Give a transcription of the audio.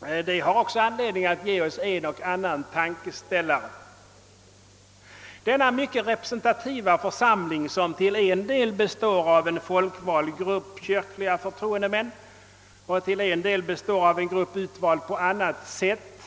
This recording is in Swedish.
och som också gav anledning till en och annan tankeställare. Denna mycket representativa församling består till en del av en folkvald grupp kyrkliga förtroendemän och till en annan del av en grupp utvald på annat sätt.